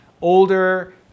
older